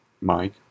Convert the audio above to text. Mike